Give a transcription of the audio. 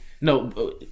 No